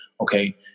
okay